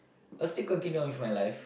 I'll still continue on with my life